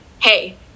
hey